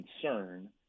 concern